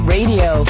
Radio